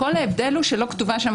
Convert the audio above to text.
כל ההבדל הוא שלא כתובה שם